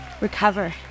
Recover